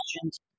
questions